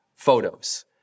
Photos